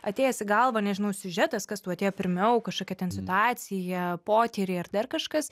atėjęs į galvą nežinau siužetas kas tau atėjo pirmiau kažkokia ten situacija potyriai ar dar kažkas